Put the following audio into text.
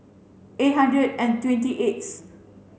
eight hundred and twenty eighth